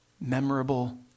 Memorable